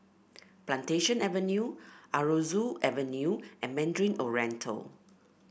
Plantation Avenue Aroozoo Avenue and Mandarin Oriental